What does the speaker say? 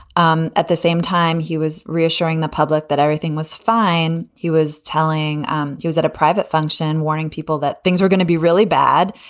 um at the same time, he was reassuring the public that everything was fine. he was telling um he was at a private function, warning people that things were going to be really bad.